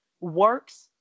works